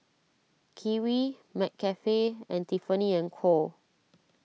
Kiwi McCafe and Tiffany and Co